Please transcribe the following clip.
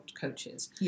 coaches